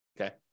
okay